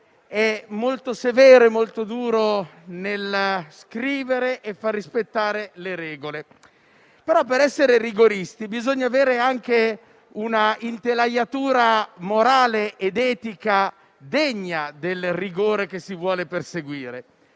è molto severo e molto duro nello scrivere e nel far rispettare le regole. Però, per essere rigoristi, bisogna anche avere un'intelaiatura morale ed etica degna del rigore che si vuole perseguire.